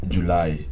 July